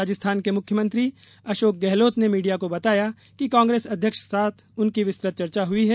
राजस्थान के मुख्यमंत्री अशोक गहलोत ने मीडिया को बताया कि कांग्रेस अध्यक्ष के साथ उनकी विस्तृत चर्चा हुई है